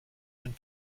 than